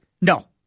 No